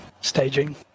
staging